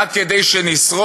רק כדי שנשרוד?